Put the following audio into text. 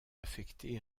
affecté